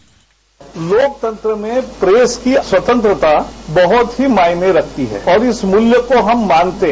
bite लोकतंत्र में press की स्वतंत्रता बहुत ही मायने रखती और इस मूल्य को हम मानते हैं